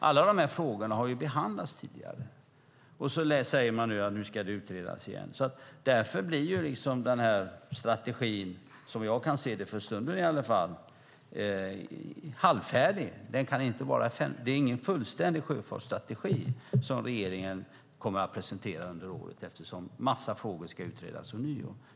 Alla de här frågorna har behandlats tidigare. Och nu säger man att det ska utredas igen. Därför blir den här strategin, som jag kan se det för stunden i alla fall, halvfärdig. Det är ingen fullständig sjöfartsstrategi som regeringen kommer att presentera under året, eftersom en massa frågor ska utredas ånyo.